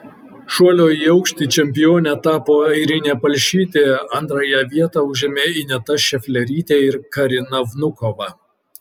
šuolio į aukštį čempione tapo airinė palšytė antrąją vietą užėmė ineta šeflerytė ir karina vnukova